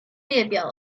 列表